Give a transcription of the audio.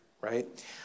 right